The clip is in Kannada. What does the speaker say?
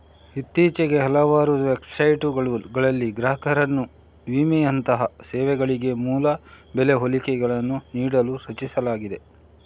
ಇತ್ತೀಚೆಗೆ ಹಲವಾರು ವೆಬ್ಸೈಟುಗಳನ್ನು ಗ್ರಾಹಕರಿಗೆ ವಿಮೆಯಂತಹ ಸೇವೆಗಳಿಗೆ ಮೂಲ ಬೆಲೆ ಹೋಲಿಕೆಗಳನ್ನು ನೀಡಲು ರಚಿಸಲಾಗಿದೆ